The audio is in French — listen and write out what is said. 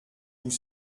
vous